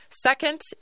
Second